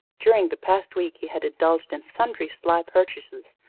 during the past week he had indulged in sundry sly purchases,